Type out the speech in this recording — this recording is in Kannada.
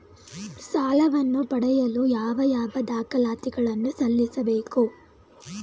ಸಾಲವನ್ನು ಪಡೆಯಲು ಯಾವ ಯಾವ ದಾಖಲಾತಿ ಗಳನ್ನು ಸಲ್ಲಿಸಬೇಕು?